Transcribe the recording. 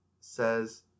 says